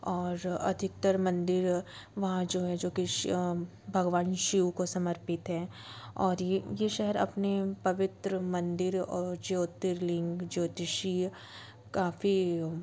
और अधिकतर मंदिर वहाँ जो है जो कि भगवान शिव को समर्पित है और ये ये शहर अपने पवित्र मंदिर और ज्योतिर्लिंग ज्योतिषी काफ़ी